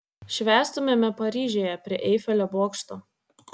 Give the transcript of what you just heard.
švęstumėme paryžiuje prie eifelio bokšto